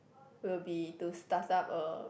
will be to start up a